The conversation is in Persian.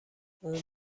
اون